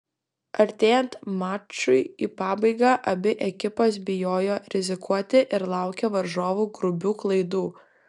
artėjant mačui į pabaigą abi ekipos bijojo rizikuoti ir laukė varžovų grubių klaidų